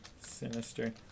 Sinister